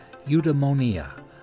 eudaimonia